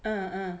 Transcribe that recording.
uh uh